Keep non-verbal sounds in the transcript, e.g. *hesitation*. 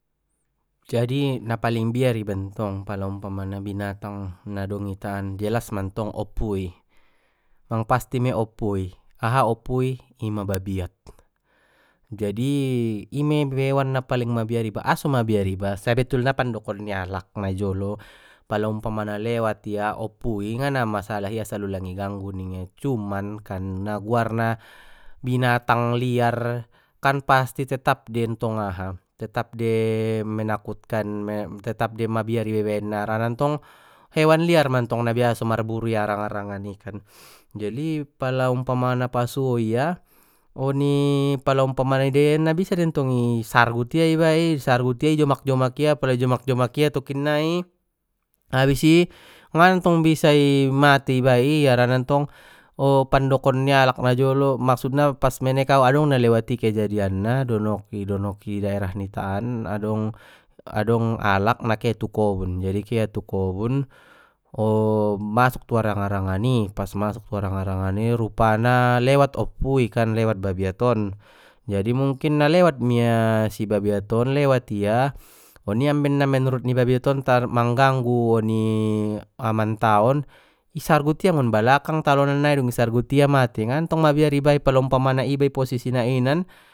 Jadi na paling biar i ntong pala umpama na binatang na dong di itaan jelas mantong oppoui, mang pasti mei oppoui aha oppui ima babiat, jadi imei hewan na paling mabiar iba aso mabiar iba sebetulna pandokon ni alak na jolo pala umpama lewat ia oppui ngana masalah i asal ulang di ganggu ningia cumakan na guarna binatang liar kan pasti tetap dei ntong *hesitation* tetap dei, menakutkan tetap dei mabiar iba ibaenna harana ntong hewan liar mantong na biaso marburu i arang arangan i kan, jadi pala umpama na pasuo ia, oni pala umpana idaia na bisa dentong i sargut ia iba i sargut ia i jomak jomak ia pala ijomak jomak ia toikinnai, habis i ngantong bisa i mate iba i harana ntong *hesitation* pandokon ni alak na jolo maksudna pas menek au adong na lewati kejadianna donok-idonoki daerah nitaan adong-adong alak na ke tu kobun jadi ke ia tu kobun *hesitation* masuk tu arangan arangan i pas masuk tu arangan arangani rupana lewat oppui kan lewat babiat on, jadi mungkin na lewat mia si babiat on lewat ia oni amben na menurut ni babiat on tar mangganggu oni amanta on i sargut ia ngon balakang talonan nai dung i sargut ia mate ngantong mabiar iba i pala umpamana iba posisi na inan.